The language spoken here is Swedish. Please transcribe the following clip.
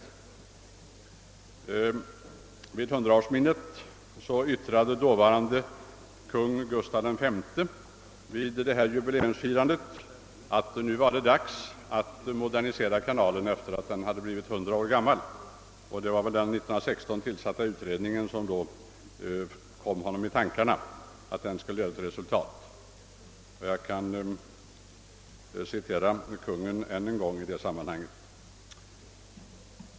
Vid 100-årsjubileet yttrade dåvarande konungen, Gustaf V, att det nu när kanalen var hundra år gammal var dags att modernisera den. Vad som då föll honom i tankarna var väl att den år 1916 tillsatta utredningen skulle leda till resultat.